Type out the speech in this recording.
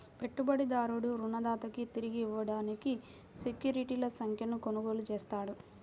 పెట్టుబడిదారుడు రుణదాతకు తిరిగి ఇవ్వడానికి సెక్యూరిటీల సంఖ్యను కొనుగోలు చేస్తాడు